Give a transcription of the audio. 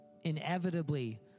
inevitably